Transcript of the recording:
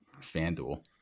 FanDuel